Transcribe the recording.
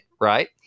right